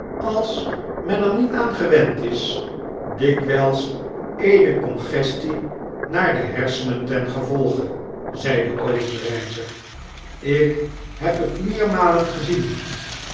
als men er niet aan gewend is dikwijls eene congestie naar de hersenen ten gevolge zeide obenreizer ik heb het meermalen gezien